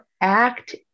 act